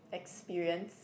experience